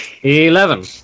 Eleven